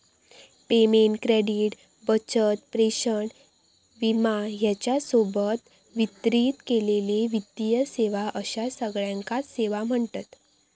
payment, credit, बचत, प्रेषण, विमा ह्येच्या सोबत वितरित केलेले वित्तीय सेवा अश्या सगळ्याकांच सेवा म्ह्णतत